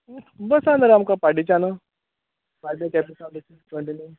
बस आसा न्हय रे आमकां पाड्डेच्यान पाड्डे केंपे सावन कंटिन्यू